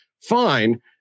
fine